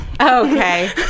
Okay